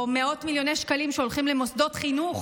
או מאות מיליוני שקלים שהולכים למוסדות חינוך